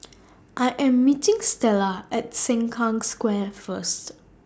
I Am meeting Stella At Sengkang Square First